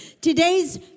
Today's